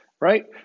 right